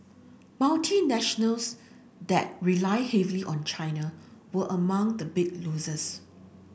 multinationals that rely heavily on China were among the bigger losers